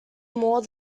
more